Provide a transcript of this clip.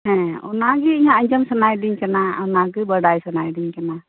ᱦᱮᱸ ᱚᱱᱟ ᱜᱮ ᱤᱧᱦᱚᱸ ᱟᱸᱡᱚᱢ ᱥᱟᱱᱟᱭᱤᱫᱤᱧ ᱠᱟᱱᱟ ᱚᱱᱟ ᱚᱱᱟ ᱜᱮ ᱵᱟᱰᱟᱭ ᱥᱟᱱᱟᱭᱤᱫᱤᱧ ᱠᱟᱱᱟ